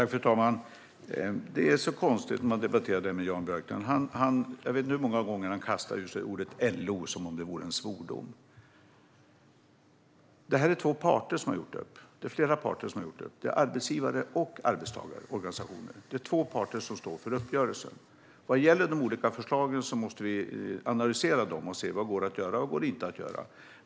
Fru talman! Det är konstigt. Jag vet inte hur många gånger Jan Björklund har kastat ur sig namnet LO som om det vore en svordom, när vi har debatterat det här. Det är två parter som har gjort upp om det här, arbetsgivarorganisationer och arbetstagarorganisationer. Det är två parter som står för uppgörelsen. Vad gäller de olika förslagen måste vi analysera dem och se vad som går att göra eller inte.